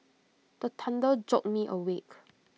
the thunder jolt me awake